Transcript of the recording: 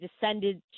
Descended